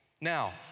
Now